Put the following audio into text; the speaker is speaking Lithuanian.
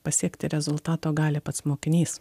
pasiekti rezultato gali pats mokinys